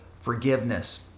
forgiveness